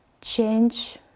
change